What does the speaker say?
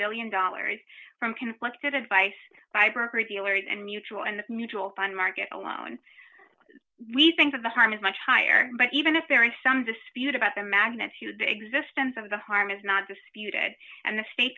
million dollars from conflicted advice by broker dealers and mutual and the mutual fund market alone we think that the harm is much higher but even if there is some dispute about the magnitude the existence of the harm is not disputed and the